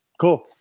Cool